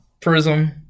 Prism